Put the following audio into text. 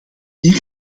hier